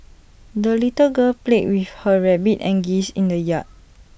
the little girl played with her rabbit and geese in the yard